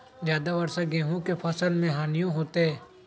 ज्यादा वर्षा गेंहू के फसल मे हानियों होतेई?